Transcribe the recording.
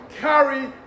carry